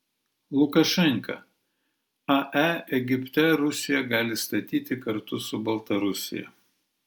lukašenka ae egipte rusija gali statyti kartu su baltarusija